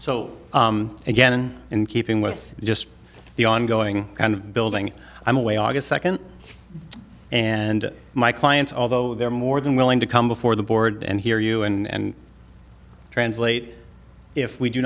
so again in keeping with just the ongoing kind of building i'm away august second and my clients although they're more than willing to come before the board and hear you and translate if we do